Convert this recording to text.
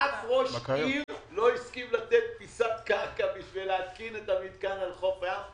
אף ראש עיר לא הסכים לתת פיסת קרקע בשביל להתקין את המתקן על חוף הים,